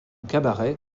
cabaret